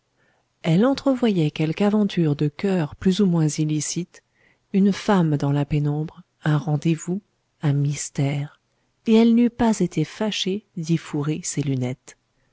elle entrevoyait quelque aventure de coeur plus ou moins illicite une femme dans la pénombre un rendez-vous un mystère et elle n'eût pas été fâchée d'y fourrer ses lunettes